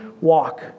walk